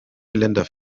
geländer